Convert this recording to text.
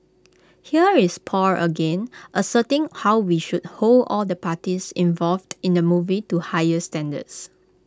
here is Paul again asserting how we should hold all the parties involved in the movie to higher standards